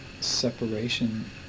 separation